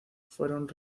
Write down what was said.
fueron